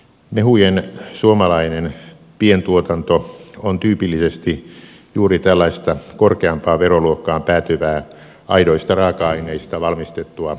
mehujen suomalainen pientuotanto on tyypillisesti juuri tällaista korkeampaan veroluokkaan päätyvää aidoista raaka aineista valmistettua tuotantoa